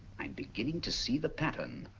i'm beginning to see the pattern.